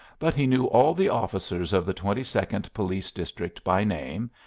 but he knew all the officers of the twenty-second police district by name,